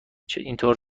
اینطور